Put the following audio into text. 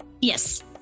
yes